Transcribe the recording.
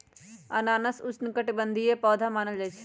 अनानास उष्णकटिबंधीय पौधा मानल जाहई